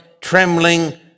trembling